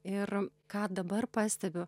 ir ką dabar pastebiu